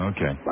Okay